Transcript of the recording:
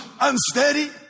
unsteady